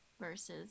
versus